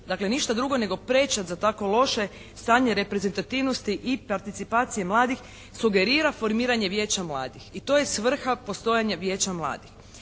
dakle ništa drugo nego prečac za tako loše stanje reprezentativnosti i participacije mladih sugerira formiranje Vijeća mladih. I to je svrha postojanja Vijeća mladih.